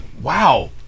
wow